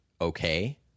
okay